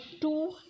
two